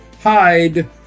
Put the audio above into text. hide